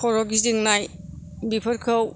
खर' गिदिंनाय बेफोरखौ